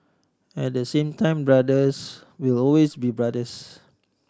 at the same time brothers will always be brothers